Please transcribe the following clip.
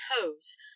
hose